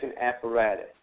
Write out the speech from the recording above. apparatus